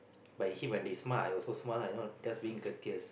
like you see when they smile I also smile you know just being courteous